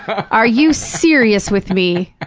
are you serious with me?